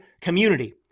community